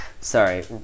Sorry